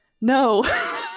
no